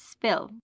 Spill